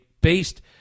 based